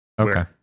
Okay